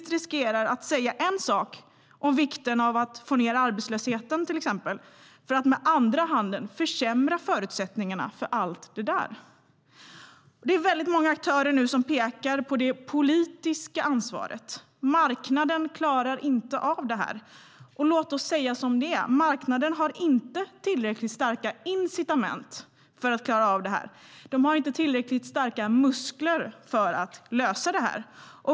Vi riskerar politiskt att säga en sak om vikten av att till exempel få ned arbetslösheten för att sedan med andra handen försämra förutsättningarna för allt det där. Det är väldigt många aktörer som nu pekar på det politiska ansvaret. Marknaden klarar inte av det här. Låt oss säga som det är: Marknaden har inte tillräckligt starka incitament för att klara av det. Den har inte tillräckligt starka muskler för att lösa det.